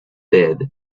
dead